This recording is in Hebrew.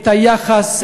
את היחס,